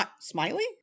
smiley